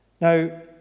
Now